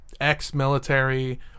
ex-military